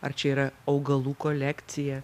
ar čia yra augalų kolekcija